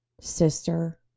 sister